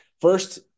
First